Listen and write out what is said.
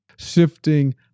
shifting